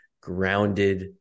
grounded